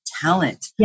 Talent